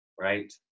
right